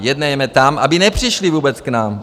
Jednejme tam, aby nepřišli vůbec k nám.